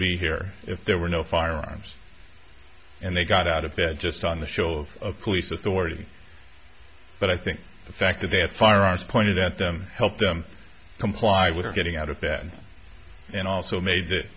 be here if there were no firearms and they got out of bed just on the show of police authority but i think the fact that they had firearms pointed at them helped them comply with her getting out of that and also made th